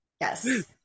Yes